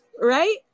Right